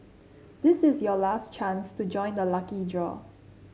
this is your last chance to join the lucky draw